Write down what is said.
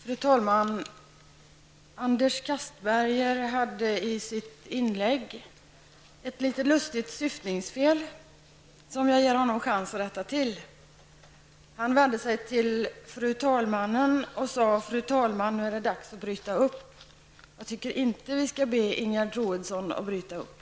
Fru talman! Anders Castberger gjorde ett litet lustigt syftningsfel i sitt inlägg, som jag ger honom chans att rätta till. Han vände sig till fru talmannen och sade: Fru talman, nu är det dags att bryta upp. Jag tycker inte att vi skall be Ingegerd Troedsson att bryta upp.